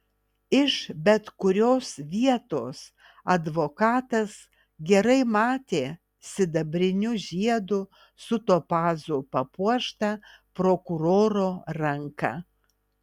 iš bet kurios vietos advokatas gerai matė sidabriniu žiedu su topazu papuoštą prokuroro ranką